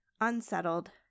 unsettled